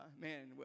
Man